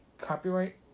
copyright